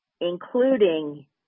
including